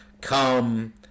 come